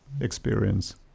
experience